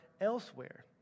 elsewhere